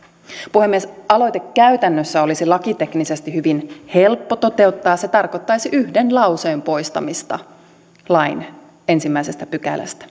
puhemies aloite käytännössä olisi lakiteknisesti hyvin helppo toteuttaa se tarkoittaisi yhden lauseen poistamista lain ensimmäisestä pykälästä